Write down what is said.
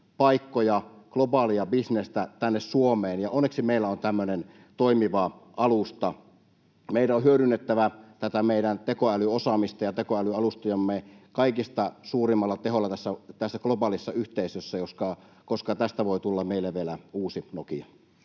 paikkoja, globaalia bisnestä tänne Suomeen. Onneksi meillä on tämmöinen toimiva alusta. Meidän on hyödynnettävä tätä meidän tekoälyosaamista ja tekoälyalustojamme kaikista suurimmalla teholla tässä globaalissa yhteisössä, koska tästä voi tulla meille vielä uusi nokia.